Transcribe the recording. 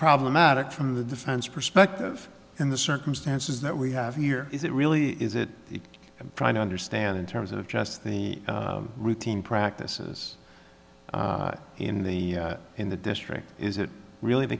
problematic from the defense perspective in the circumstances that we have here is it really is it i'm trying to understand in terms of just the routine practices in the in the district is it really the